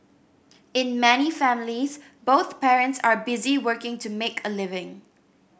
in many families both parents are busy working to make a living